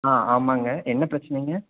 ஆ ஆமாங்க என்ன பிரச்சினைங்க